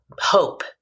hope